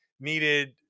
needed